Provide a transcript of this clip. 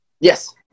yes